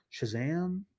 Shazam